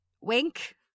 Wink